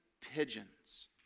pigeons